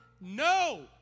No